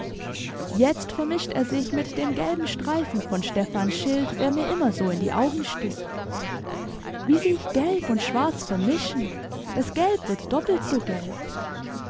jetzt vermischt er sich mit dem gelben streifen von stephans schild der mir immer so in die augen sticht wie sich gelb und schwarz vermischen das gelb wird doppelt so gelb